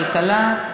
כלכלה.